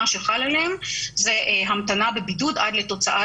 מה שחל עליהם זה המתנה לבידוד עד לתוצאת